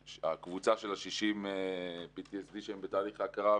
שהקבוצה של 60 נפגעי PTSD שהם בתהליך הכרה,